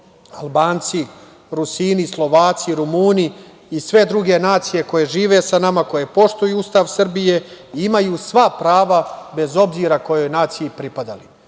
Albanci, Rusini, Slovaci, Rumuni, i sve druge nacije koje žive sa nama, koje poštuju Ustav Srbije, imaju sva prava bez obzira kojoj naciji pripadali.